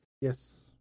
Yes